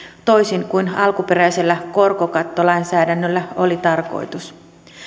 toisin kuin alkuperäisessä korkokattolainsäädännössä oli tarkoitus